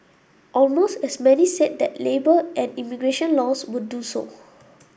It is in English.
almost as many said that labour and immigration laws would do so